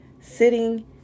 sitting